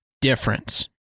difference